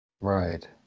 Right